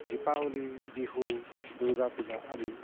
দীপাৱলী বিহু দুৰ্গা পূজা আদি